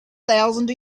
thousand